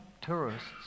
tourists